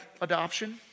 adoption